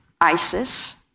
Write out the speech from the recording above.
ISIS